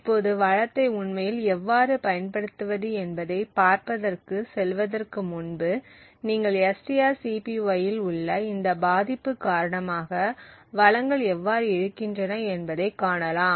இப்போது வளத்தை உண்மையில் எவ்வாறு பயன்படுத்துவது என்பதை பார்ப்பதற்கு செல்வதற்கு முன்பு நீங்கள் strcpy இல் உள்ள இந்த பாதிப்பு காரணமாக வளங்கள் எவ்வாறு இருக்கின்றன என்பதைக் காணலாம்